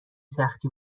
سختی